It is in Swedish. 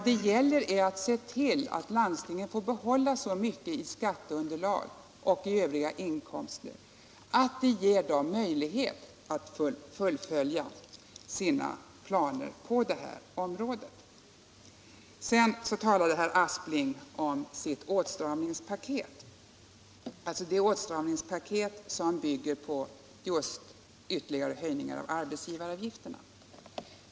Det gäller att se till att landstingen får behålla så mycket i skatteunderlag och övriga inkomster att det ger landstingen möjlighet att fullfölja sina planer på det här området. Sedan talade herr Aspling om sitt åtstramningspaket, som bygger på ytterligare höjningar av arbetsgivaravgifterna.